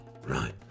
right